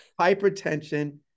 hypertension